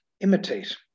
imitate